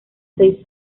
seis